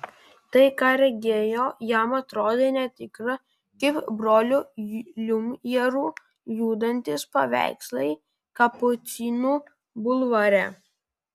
tai ką regėjo jam atrodė netikra kaip brolių liumjerų judantys paveikslai kapucinų bulvare